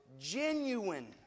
genuine